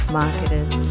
marketers